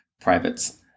privates